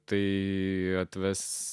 tai atves